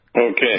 Okay